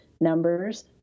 numbers